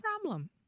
problem